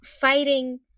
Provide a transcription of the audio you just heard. fighting